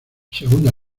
segundo